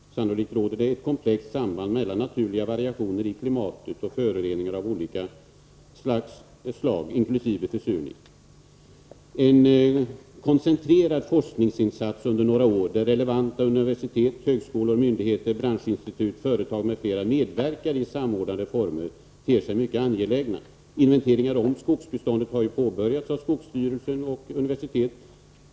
Sannolikt råder det ett komplext samband mellan naturliga variationer i klimatet och föroreningar av olika slag, inkl. försurning. En koncentrerad forskningsinsats under några år, där relevanta universitet, högskolor, myndigheter, branschinstitut, företag m.fl. medverkar i samordnade former, ter sig mycket angelägen. Inventeringar av skogsbeståndet har ju påbörjats av skogsstyrelse och universitet.